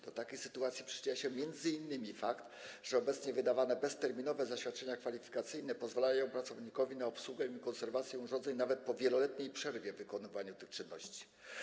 Do takich sytuacji przyczynia się m.in. fakt, że obecnie wydawane bezterminowe zaświadczenia kwalifikacyjne pozwalają pracownikowi na obsługę i konserwację urządzeń nawet po wieloletniej przerwie w wykonywaniu tych czynności.